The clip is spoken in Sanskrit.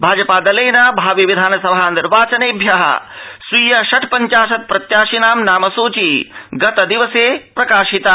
भाजपादलेन भावि विधानसभा निर्वाचनेभ्य स्वीय षट्पंचाशत् प्रत्याशिनां नामसूची गतदिवसे प्रकाशिता